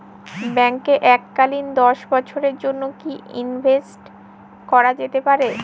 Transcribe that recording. ব্যাঙ্কে এককালীন দশ বছরের জন্য কি ইনভেস্ট করা যেতে পারে?